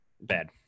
Bad